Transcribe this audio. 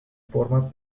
forman